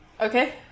Okay